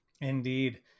Indeed